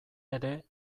ere